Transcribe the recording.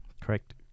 Correct